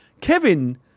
Kevin